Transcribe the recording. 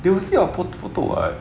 they will see output photo [what]